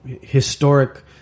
historic